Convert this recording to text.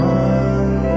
one